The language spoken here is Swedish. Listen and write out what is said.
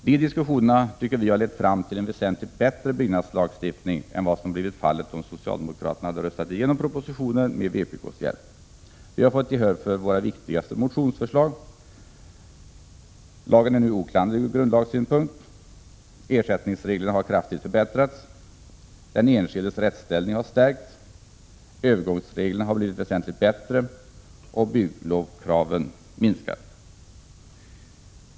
Dessa diskussioner har lett fram till en väsentligt bättre byggnadslagstiftning än vad som hade blivit fallet om socialdemokraterna röstat igenom propositionen med vpk:s hjälp. Centerpartiet har fått gehör för sina viktigaste motionsförslag: lagen är nu oklanderlig ur grundlagssynpunkt, ersättningsreglerna har kraftigt förbättrats, den enskildes rättsställning har stärkts, övergångsreglerna har blivit väsentligt bättre och bygglovskraven minskar.